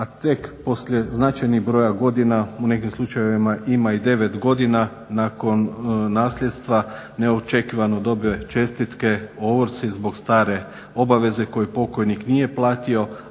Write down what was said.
a tek poslije značajnog broja godina u nekim slučajevima ima i 9 godina nakon nasljedstva neočekivano dobe čestitke o ovrsi zbog stare obaveze koju pokojnik nije platio